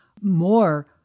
more